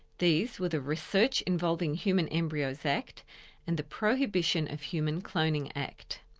these were the research involving human embryos act and the prohibition of human cloning act.